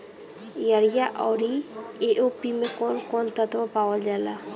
Urea औरी ए.ओ.पी मै कौवन कौवन तत्व पावल जाला?